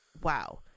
Wow